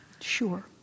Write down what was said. Sure